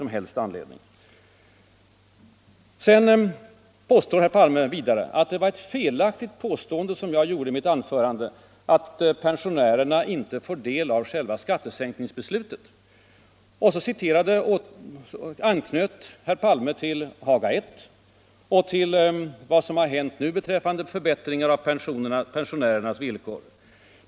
Vidare säger herr Palme att jag i mitt anförande felaktigt påstod att pensionärerna inte får fördel av själva skattesänkningsbeslutet. Herr Palme anknöt till Haga I och till vad som hänt i år beträffande förbättringarna av pensionärernas villkor.